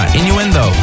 Innuendo